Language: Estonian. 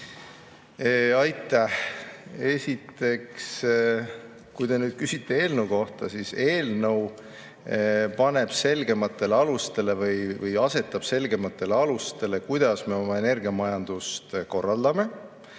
Aitäh! Esiteks, kui te nüüd küsite eelnõu kohta, siis eelnõu paneb või asetab selgematele alustele selle, kuidas me oma energiamajandust korraldame,